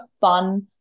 fun